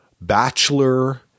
Bachelor